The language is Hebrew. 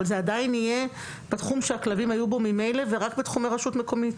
אבל זה עדיין יהיה בתחום שהכלבים היו בו ממילא ורק בתחומי רשות מקומית.